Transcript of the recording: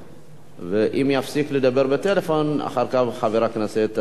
ואם יפסיק לדבר בטלפון, אחר כך, חבר הכנסת בן-ארי.